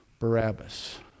Barabbas